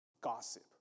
gossip